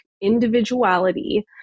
individuality